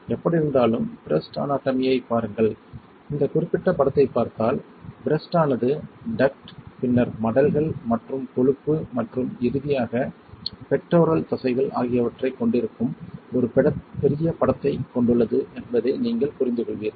எப்படியிருந்தாலும் breast anatomy ஐப் பாருங்கள் இந்தக் குறிப்பிட்ட படத்தைப் பார்த்தால் பிரஸ்ட் ஆனது டக்ட் பின்னர் மடல்கள் மற்றும் கொழுப்பு மற்றும் இறுதியாக பெக்டோரல் தசைகள் ஆகியவற்றைக் கொண்டிருக்கும் ஒரு பெரிய படத்தைக் கொண்டுள்ளது என்பதை நீங்கள் புரிந்துகொள்வீர்கள்